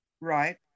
Right